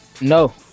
no